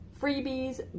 freebies